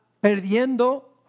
perdiendo